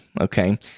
okay